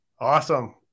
Awesome